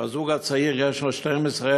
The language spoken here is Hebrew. הזוג הצעיר, שיש לו 12,000,